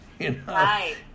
Right